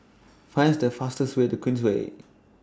Find The fastest Way to Queensway